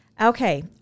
Okay